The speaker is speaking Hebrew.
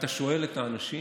ואתה שואל את האנשים